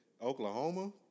Oklahoma